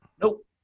Nope